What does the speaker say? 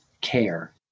care